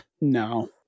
No